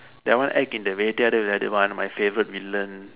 that one act in Vettaiyaadu Vilaiyaadu vilaiyaadu one my favourite villain